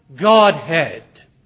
Godhead